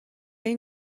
این